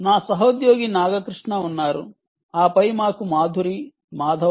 నా సహోద్యోగి నాగకృష్ణ ఉన్నారు ఆపై మాకు మాధురి మాధవ్